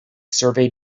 survey